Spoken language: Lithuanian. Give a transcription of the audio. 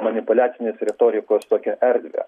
manipuliacinės retorikos tokią erdvę